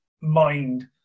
mind